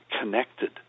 connected